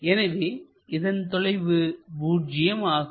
எனவே இதன் தொலைவு பூஜ்ஜியம் ஆகும்